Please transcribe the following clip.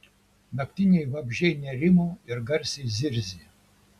naktiniai vabzdžiai nerimo ir garsiai zirzė